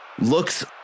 looks